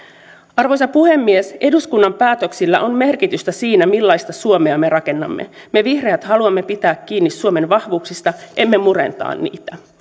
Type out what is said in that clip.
arvoisa puhemies eduskunnan päätöksillä on merkitystä siinä millaista suomea me rakennamme me vihreät haluamme pitää kiinni suomen vahvuuksista emme murentaa niitä